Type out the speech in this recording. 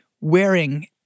wearing